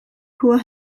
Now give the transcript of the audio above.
poor